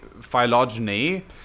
phylogeny